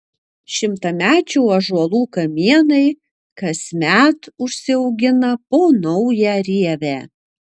šimtamečių ąžuolų kamienai kasmet užsiaugina po naują rievę